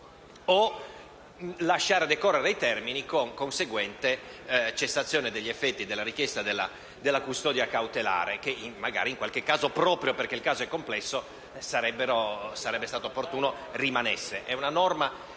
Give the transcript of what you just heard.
o lasciare decorrere i termini con conseguente cessazione degli effetti della richiesta di custodia cautelare, che magari in qualche caso, proprio perché il caso è complesso, sarebbe opportuno che rimanesse.